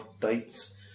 dates